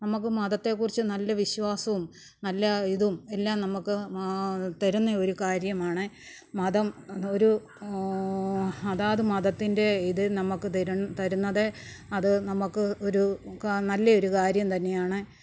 നമ്മൾക്ക് മതത്തെക്കുറിച്ച് നല്ല വിശ്വാസവും നല്ല ഇതും എല്ലാം നമ്മൾക്ക് തരുന്നയൊരു കാര്യമാണ് മതം ഒരു അതാത് മതത്തിൻ്റെ ഇത് നമ്മൾക്ക് തരും തരുന്നത് അത് നമ്മൾക്ക് ഒരു നല്ലെയൊരു കാര്യം തന്നെയാണ്